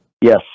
Yes